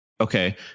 Okay